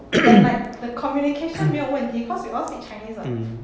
and like the communication 没有问题 cause we all speak chinese [what]